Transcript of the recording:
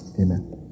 amen